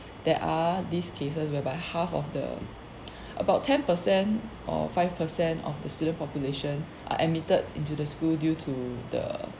there are these cases whereby half of the about ten per cent or five per cent of the student population are admitted into the school due to the